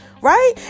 right